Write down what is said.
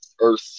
Earth